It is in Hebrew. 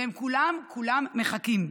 והם כולם כולם מחכים,